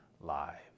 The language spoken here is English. lives